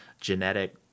genetic